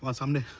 ah suddenly